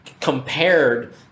compared